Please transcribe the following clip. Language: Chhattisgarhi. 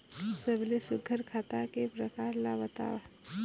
सबले सुघ्घर खाता के प्रकार ला बताव?